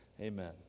Amen